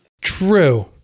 true